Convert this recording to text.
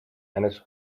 eines